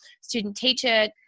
student-teacher